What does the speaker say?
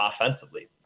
offensively